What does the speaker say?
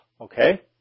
okay